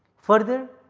further,